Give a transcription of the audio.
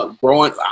growing